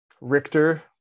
Richter